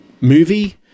movie